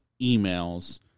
emails